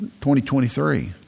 2023